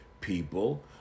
people